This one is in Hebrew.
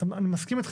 אני מסכים איתך,